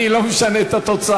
אני לא משנה את התוצאות.